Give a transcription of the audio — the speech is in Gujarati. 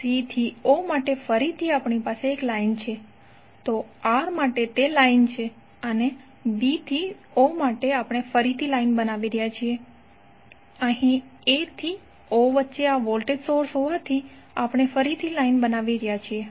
c થી o માટે ફરીથી આપણી પાસે એક લાઈન છે તો આ R માટે તે લાઈન છે b થી o માટે આપણે ફરીથી લાઈન બનાવી રહ્યા છીએ અને a થી o વચ્ચે આ વોલ્ટેજ સોર્સ હોવાથી આપણે ફરીથી લાઈન બનાવી રહ્યા છીએ